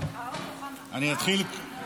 אני אתחיל קודם כול,